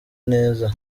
neza